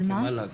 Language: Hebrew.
על מה?